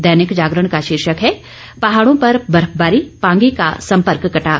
दैनिक जागरण का शीर्षक है पहाड़ों पर बर्फबारी पांगी का संपर्क कटा